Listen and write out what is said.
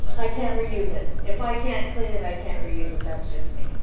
i can't reuse it. if i can't clean it, i can't reuse it. that's just me.